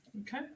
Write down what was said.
Okay